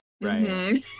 Right